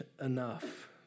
enough